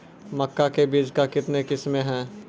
मक्का के बीज का कितने किसमें हैं?